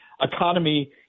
economy